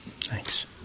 Thanks